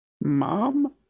mom